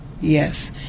Yes